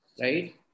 right